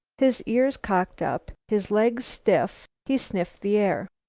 his ears cocked up, his legs stiff, he sniffed the air.